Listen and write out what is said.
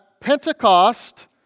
Pentecost